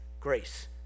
grace